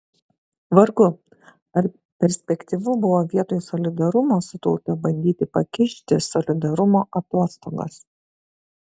vargu ar perspektyvu buvo vietoj solidarumo su tauta bandyti pakišti solidarumo atostogas